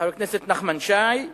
חבר הכנסת נחמן שי,